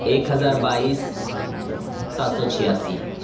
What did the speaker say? ایک ہزار بائیس سات سو چھیاسی